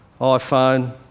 iPhone